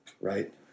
Right